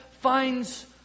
finds